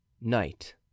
night